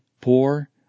poor